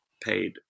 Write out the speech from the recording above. paid